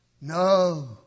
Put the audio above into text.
No